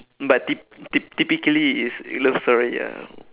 but typ~ typ~ typically is a love story ya